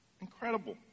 Incredible